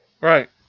right